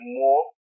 more